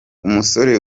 umusore